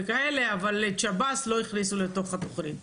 אבל את שב"ס לא הכניסו לתוך התוכנית,